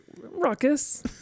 ruckus